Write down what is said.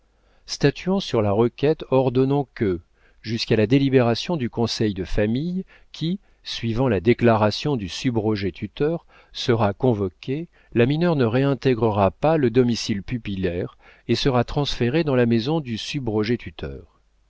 statuant sur la requête ordonnons que jusqu'à la délibération du conseil de famille qui suivant la déclaration du subrogé-tuteur sera convoqué la mineure ne réintégrera pas le domicile pupillaire et sera transférée dans la maison du subrogé-tuteur